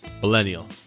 millennial